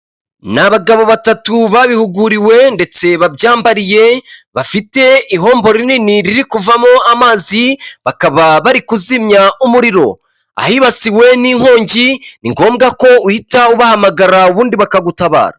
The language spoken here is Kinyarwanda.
Ni abagabo batatu babihuguriwe ndetse babyambariye, bafite ihombo rinini riri kuvamo amazi. Bakaba bari kuzimya umuriro ahibasiwe n’inkongi. Ni ngombwa ko uhita ubahamagara ubundi bakagutabara.